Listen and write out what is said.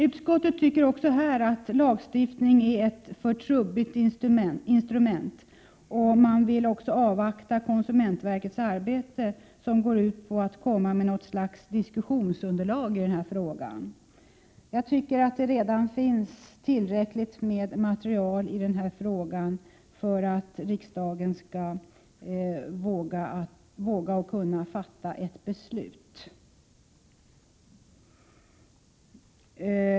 Utskottet tycker också här att lagstiftning är ett för trubbigt instrument och vill avvakta konsumentverkets arbete, som går ut på att något slags diskussionsunderlag skall tas fram. Det finns redan tillräckligt med material i denna fråga för att riksdagen skall våga och kunna fatta ett beslut.